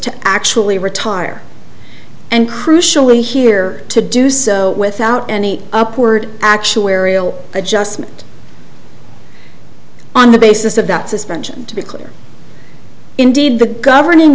to actually retire and crucially here to do so without any upward actuarial adjustment on the basis of that suspension to be clear indeed the governing